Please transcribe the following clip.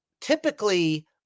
typically